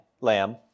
lamb